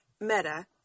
Meta